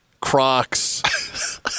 Crocs